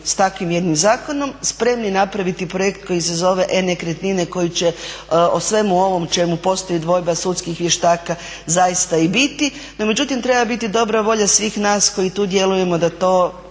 s takvim jednim zakonom, spremni napraviti projekt koji se zove e-nekretnine koji će o svemu ovom o čemu postoji dvojba sudskih vještaka zaista i biti. No međutim, treba biti dobra volja svih nas koji tu djelujemo da to